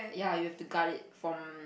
ya you have to guard it from